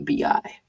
Bi